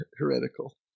heretical